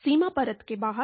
सीमा परत के बाहर